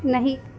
نہیں